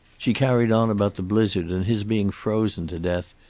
she carried on about the blizzard and his being frozen to death,